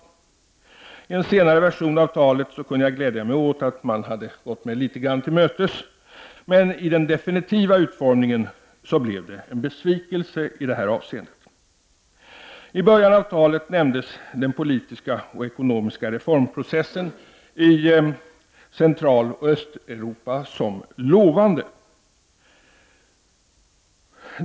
I en senare version av talet kunde jag glädja mig åt att man litet grand hade gått mig till mötes, men den definitiva utformningen blev en besvikelse i detta avseende. I början av talet omnämndes den politiska och ekonomiska reformprocessen i Centraloch Östeuropa som lovande.